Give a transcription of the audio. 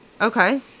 Okay